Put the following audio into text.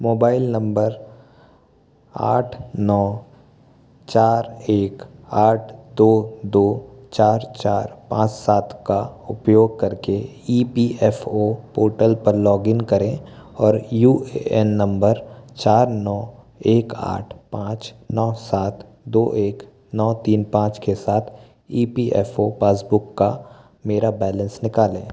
mobile number आठ नौ चार एक आठ दो दो चार चार पाँच सात का उपयोग करके E P F O portal पर लॉग इन करें और यू ए एन नंबर चार नौ एक आठ पाँच नौ सात दो एक नौ तीन पाँच के साथ E P F O passbook का मेरा बैलेंस निकालें